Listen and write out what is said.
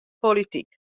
polityk